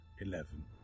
Eleven